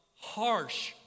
harsh